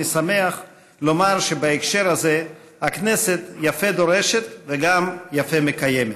אני שמח לומר שבהקשר הזה הכנסת יפה דורשת וגם יפה מקיימת.